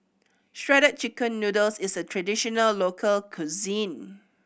Shredded Chicken Noodles is a traditional local cuisine